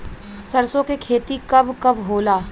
सरसों के खेती कब कब होला?